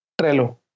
Trello